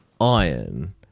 iron